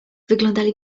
wyglądali